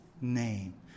name